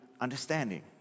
understanding